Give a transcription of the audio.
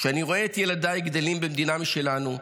כשאני רואה את ילדיי גדלים במדינה משלנו,